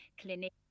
Clinic